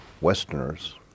Westerners